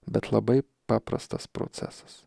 bet labai paprastas procesas